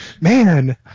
Man